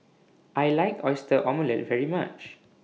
I like Oyster Omelette very much